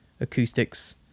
acoustics